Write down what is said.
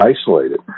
isolated